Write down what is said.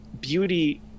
beauty